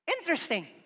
Interesting